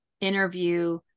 interview